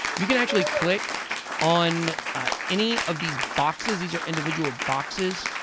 you can actually click on any of these boxes. these are individual boxes.